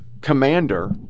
commander